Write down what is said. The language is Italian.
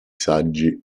saggi